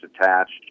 attached